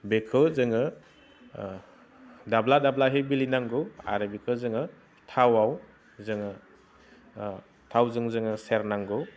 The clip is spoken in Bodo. बेखौ जोङो दाब्ला दाब्लिहि बिलिननांगौ आरो बिखौ जोङो थावआव जोङो थावजों जोङो सेरनांगौ